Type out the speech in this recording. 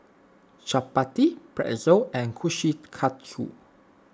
Chapati Pretzel and Kushikatsu